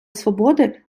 свободи